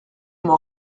m’en